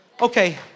Okay